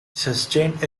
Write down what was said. sustained